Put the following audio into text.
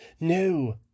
No